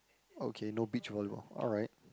okay no beach volleyball alright